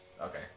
okay